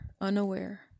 unaware